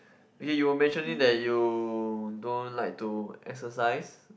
okay you mentioned it that you don't like to exercise